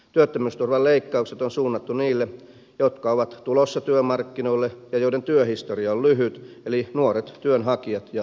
työttömyysturvan leikkaukset on suunnattu niille jotka ovat tulossa työmarkkinoille ja joiden työhistoria on lyhyt eli nuorille työnhakijoille ja työntekijöille